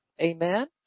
Amen